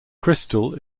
crystal